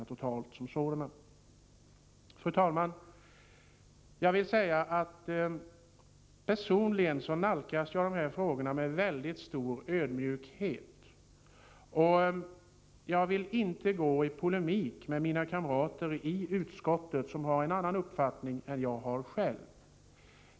Fru talman! Personligen nalkas jag de här frågorna med mycket stor ödmjukhet. Jag vill inte gå in i polemik med de kamrater i utskottet som har en annan uppfattning än den jag själv har.